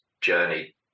journey